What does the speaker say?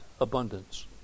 abundance